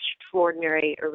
extraordinary